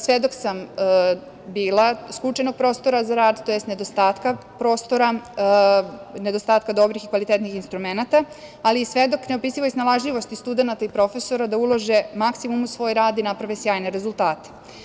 Svedok sam bila skučenog prostora za rad, tj. nedostatka prostora, nedostatka dobrih i kvalitetnih instrumenata, ali i svedok neopisivoj snalažljivosti studenata i profesora da ulože maksimum u svoj rad i naprave sjajne rezultate.